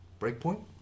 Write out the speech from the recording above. Breakpoint